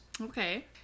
okay